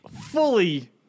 fully